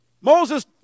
Moses